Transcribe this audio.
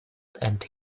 and